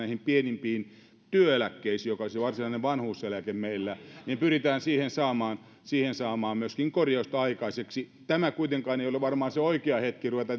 näistä pienimmistä työeläkkeistä joka on se varsinainen vanhuuseläke meillä ja pyritään siihen saamaan siihen saamaan myöskin korjausta aikaiseksi tämä kuitenkaan ei ole varmaan se oikea hetki ruveta